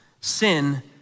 sin